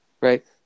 Right